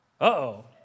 uh-oh